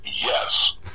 yes